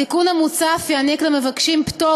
התיקון המוצע אף יעניק למבקשים פטור